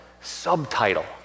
subtitle